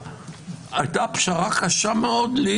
הייתה פשרה קשה מאוד לי,